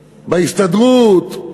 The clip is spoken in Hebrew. בהסתדרות,